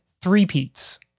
three-peats